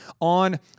on